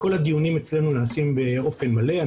כל הדיונים אצלנו נעשים באופן מלא,